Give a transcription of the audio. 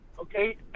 Okay